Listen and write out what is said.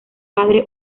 padre